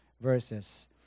verses